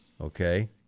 okay